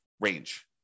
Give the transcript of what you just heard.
range